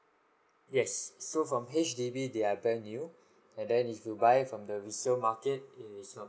yes so from H_D_B they are brand new and then if you buy from the resale market it is not